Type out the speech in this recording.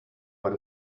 got